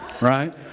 right